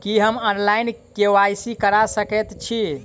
की हम online, KYC करा सकैत छी?